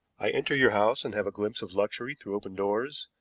i enter your house and have a glimpse of luxury through open doors,